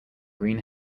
green